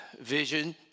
vision